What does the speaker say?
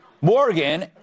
Morgan